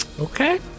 Okay